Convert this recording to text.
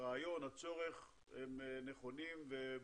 הרעיון והצורך הם נכונים וברוכים.